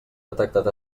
detectat